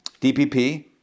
DPP